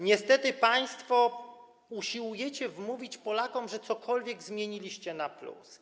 Niestety państwo usiłujecie wmówić Polakom, że cokolwiek zmieniliście na plus.